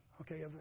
Okay